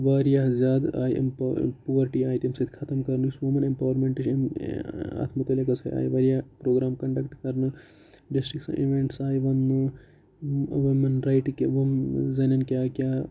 واریاہ زیادٕ آیہِ امہِ پُوَرٹی آیہِ تمہِ سۭتۍ خَتم کَرنہٕ یُس وٗمٮ۪ن اٮ۪مپاورمنٹٕچ اٮ۪م اَتھ مُتعلِق ہَسا آے واریاہ پروگرام کَنڈَکٹ کَرنہٕ ڈِسٹرکٕس اِونٹٕس آے وَننہٕ وٗمٮ۪ن رَیٹِکہِ زَنٮ۪ن کیاہ کیاہ